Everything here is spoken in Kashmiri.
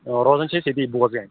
آ روزان چھِ أسۍ ییٚتی بوگَنۍ